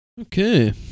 Okay